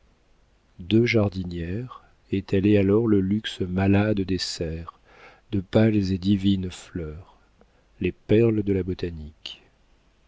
deux jardinières étalaient alors le luxe malade des serres de pâles et divines fleurs les perles de la botanique